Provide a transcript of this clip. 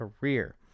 career